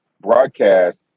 broadcast